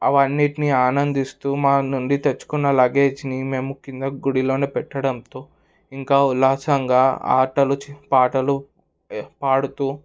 అవన్నీటిని ఆనందిస్తూ మా నుండి తెచ్చుకున్న లగేజ్ని మేము కింద గుడిలోనే పెట్టడంతో ఇంకా ఉల్లాసంగా ఆటలు పాటలు పాడుతూ